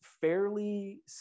fairly